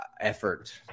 effort